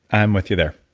i'm with you there.